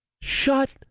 Shut